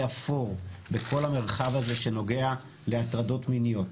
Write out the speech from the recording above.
אפור בכל המרחב הזה שנוגע להטרדות מיניות